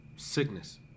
sickness